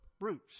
roots